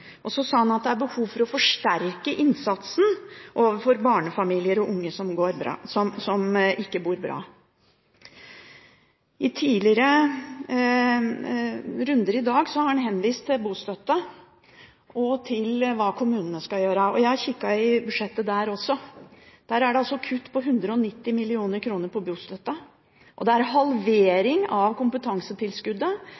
Og så sa han at det er behov for å forsterke innsatsen overfor barnefamilier og unge som ikke bor bra. I tidligere runder i dag har han henvist til bostøtte og til hva kommunene skal gjøre. Jeg har kikket i budsjettet der også. Der er det altså kutt på 190 mill. kr på bostøtten, og det er